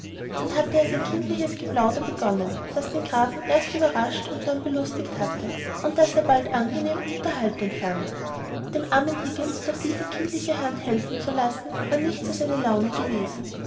dann hatte er sein kindliches geplauder begonnen das den grafen erst überrascht und dann belustigt hatte und das er bald angenehm und unterhaltend fand dem armen higgins durch diese kindliche hand helfen zu lassen war nichts als eine laune gewesen